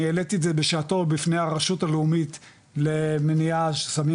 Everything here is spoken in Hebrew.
העליתי את זה בשעתו בפני הרשות הלאומית למניעה של סמים